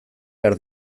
behar